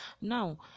Now